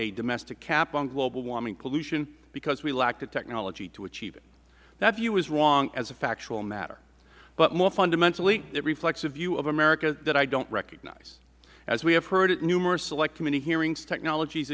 a domestic cap on global warming pollution because we lack the technology to achieve it that view is wrong as a factual matter but more fundamentally it reflects a view of america that i do not recognize as we have heard at numerous select committee hearings technologies